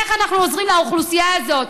איך אנחנו עוזרים לאוכלוסייה הזאת?